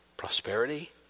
Prosperity